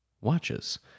watches